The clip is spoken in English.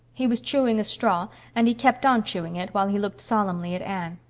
he was chewing a straw and he kept on chewing it while he looked solemnly at anne.